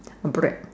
bread